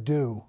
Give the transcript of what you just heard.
do